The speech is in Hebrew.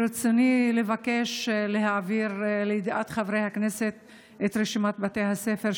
ברצוני לבקש להעביר לידיעת חברי הכנסת את רשימת בתי הספר,